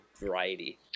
variety